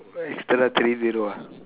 extra three zero ah